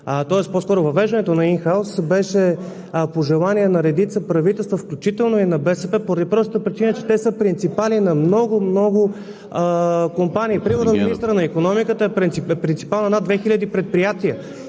самата зала – въвеждането на инхаус беше по желание на редица правителства, включително и на БСП, поради простата причина, че те са принципали на много, много компании. Примерно министърът на икономиката е принципал на над 2000 предприятия.